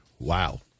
Wow